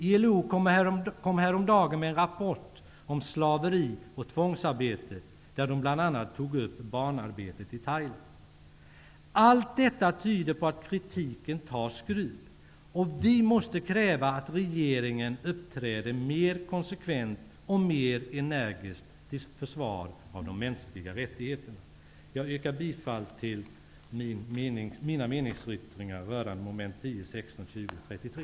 ILO kom häromdagen med en rapport om slaveri och tvångsarbete, där de bl.a. tog upp barnarbetet i Allt detta tyder på att kritiken tar skruv. Vi måste kräva att regeringen uppträder mer konsekvent och mer energiskt till försvar för de mänskliga rättigheterna. Jag yrkar bifall till mina meningsyttringar rörande mom. 10, 16, 20 och 33.